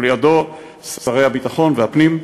ולידו שרי הביטחון והפנים,